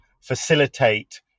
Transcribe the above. facilitate